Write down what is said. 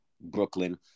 Brooklyn